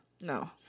No